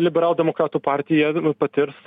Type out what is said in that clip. liberaldemokratų partija patirs